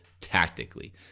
tactically